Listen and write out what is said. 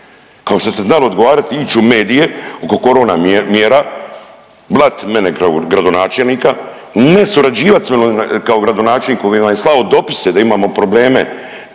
Kao što ste znali odgovarat i ić u medije oko korona mjera, blatit mene kao gradonačelnika, ne surađivat sa, kao gradonačelnik koji vam je slao dopise da imamo problema